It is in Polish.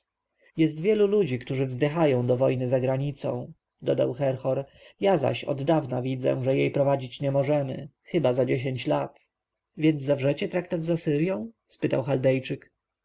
jest wielu ludzi którzy wzdychają do wojny za granicą dodał herhor ja zaś oddawna widzę że jej prowadzić nie możemy chyba za dziesięć lat więc zawrzecie traktat z asyrją spytał chaldejczyk